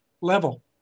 level